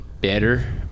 better